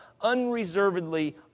unreservedly